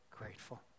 grateful